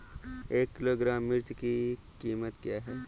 एक किलोग्राम मिर्च की कीमत क्या है?